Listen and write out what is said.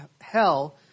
hell